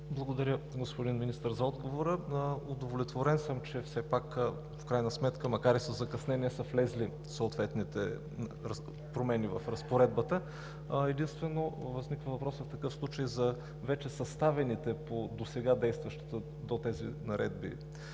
отговора, господин Министър. Удовлетворен съм, че все пак в крайна сметка, макар и със закъснение, са влезли съответните промени в разпоредбата. Единствено възниква въпросът в такъв случай за вече съставените по досега действащата до тези наредби